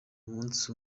umunsi